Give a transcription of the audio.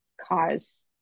cause